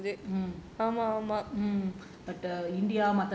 mm mm